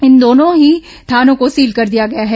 इन दोनों ही थानों को सील कर दिया गया है